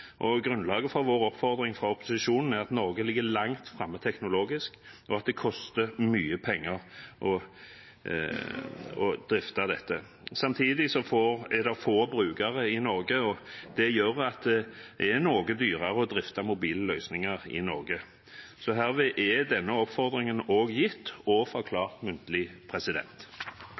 arbeidsplasser. Grunnlaget for oppfordringen fra opposisjonen er at Norge ligger langt framme teknologisk, og at det koster mye penger å drifte dette. Samtidig er det få brukere i Norge, og det gjør at det er noe dyrere å drifte mobile løsninger i Norge. – Herved er denne oppfordringen gitt og forklart muntlig.